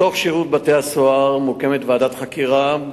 בתוך שירות בתי-הסוהר מוקמת ועדת חקירה,